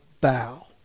bow